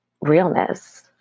realness